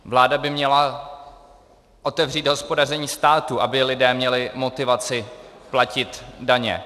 Vláda by měla otevřít hospodaření státu, aby lidé měli motivaci platit daně.